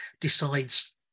decides